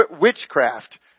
witchcraft